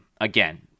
again